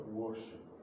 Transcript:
worship